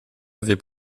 avaient